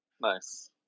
Nice